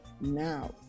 Now